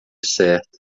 certa